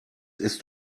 ist